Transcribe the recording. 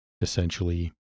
essentially